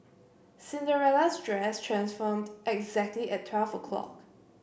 Cinderella's dress transformed exactly at twelve o'clock